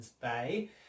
Bay